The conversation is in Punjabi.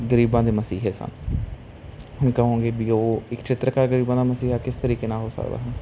ਗਰੀਬਾਂ ਦੇ ਮਸੀਹੇ ਸਨ ਹੁਣ ਕਹੋਂਗੇ ਵੀ ਉਹ ਇੱਕ ਚਿੱਤਰਕਾਰ ਗਰੀਬਾਂ ਦਾ ਮਸੀਹਾ ਕਿਸ ਤਰੀਕੇ ਨਾਲ ਹੋ ਸਕਦਾ ਹੈ